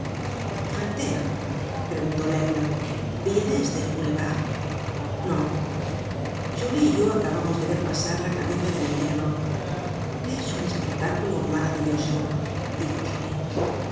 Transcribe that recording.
grantaire preguntó laigle vienes del boulevard no joly y yo acabamos de ver pasar la cabeza del entierro es un espectáculo maravilloso dijo joly qué